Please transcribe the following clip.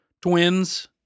Twins